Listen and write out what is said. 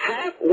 Half